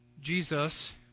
Jesus